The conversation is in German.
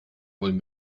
wollen